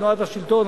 תנועת השלטון,